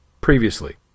previously